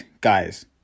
guys